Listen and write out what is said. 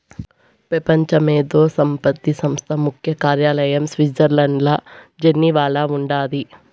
పెపంచ మేధో సంపత్తి సంస్థ ముఖ్య కార్యాలయం స్విట్జర్లండ్ల జెనీవాల ఉండాది